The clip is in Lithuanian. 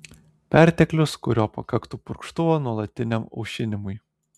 perteklius kurio pakaktų purkštuvo nuolatiniam aušinimui